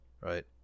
right